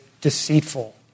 deceitful